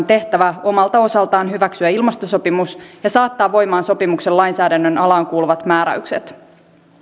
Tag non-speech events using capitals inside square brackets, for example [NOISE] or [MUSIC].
[UNINTELLIGIBLE] tehtävä omalta osaltaan hyväksyä ilmastosopimus ja saattaa voimaan sopimuksen lainsäädännön alaan kuuluvat määräykset